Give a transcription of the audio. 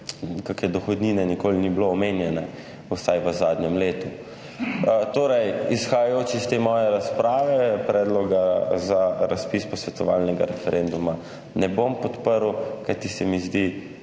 kakšne dohodnine nikoli ni bilo omenjene, vsaj v zadnjem letu. Torej, izhajajoč iz te moje razprave, predloga za razpis posvetovalnega referenduma ne bom podprl, kajti se mi zdi,